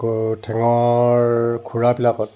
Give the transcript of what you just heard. গৰু ঠেঙৰ খোৰাবিলাকত